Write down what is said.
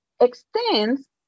extends